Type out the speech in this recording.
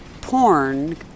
porn